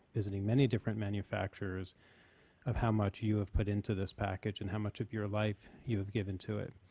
visiting many different manufacturers of how much you have put into this package and how much of your life you have given to it.